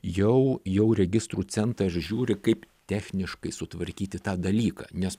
jau jau registrų centras žiūri kaip techniškai sutvarkyti tą dalyką nes